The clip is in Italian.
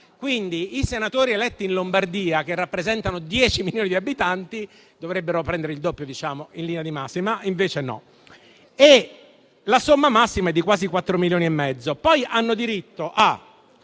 (quindi, i senatori eletti in Lombardia che rappresentano 10 milioni di abitanti, dovrebbero prendere il doppio in linea di massima e invece no), mentre la somma massima è di quasi 4,5 milioni. Poi hanno diritto a